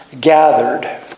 gathered